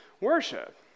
worship